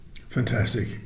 fantastic